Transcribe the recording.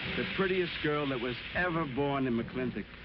the prettiest girl that was ever born in mclintock,